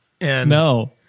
No